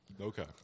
Okay